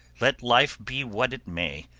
let life be what it may,